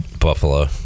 buffalo